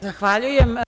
Zahvaljujem.